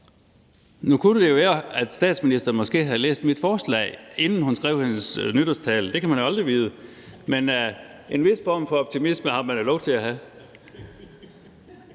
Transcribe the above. Nu kunne det jo være, at statsministeren så måske havde læst mit forslag, inden hun skrev sin nytårstale. Det kan man aldrig vide, men en vis form for optimisme har man jo lov til at have.